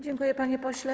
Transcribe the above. Dziękuję, panie pośle.